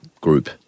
group